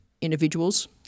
individuals –